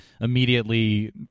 immediately